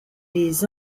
les